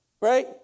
right